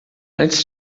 antes